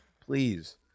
please